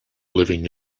living